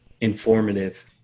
informative